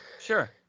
Sure